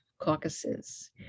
caucuses